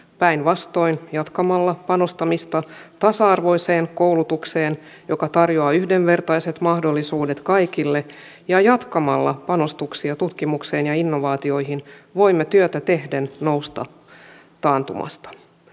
päinvastoin jatkamalla panostamista tasa arvoiseen koulutukseen joka tarjoaa yhdenvertaiset mahdollisuudet kaikille ja jatkamalla panostuksia tutkimukseen ja innovaatioihin voimme työtä tehden nousta taantumasta